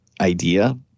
idea